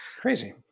Crazy